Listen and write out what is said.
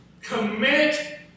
Commit